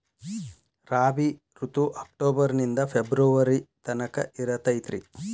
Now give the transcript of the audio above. ರಾಬಿ ಋತು ಅಕ್ಟೋಬರ್ ನಿಂದ ಫೆಬ್ರುವರಿ ತನಕ ಇರತೈತ್ರಿ